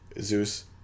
Zeus